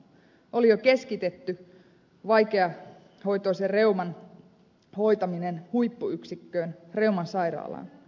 oli jo keskitetty vaikeahoitoisen reuman hoitaminen huippuyksikköön reuman sairaalaan